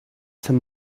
some